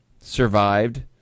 survived